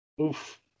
Oof